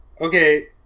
okay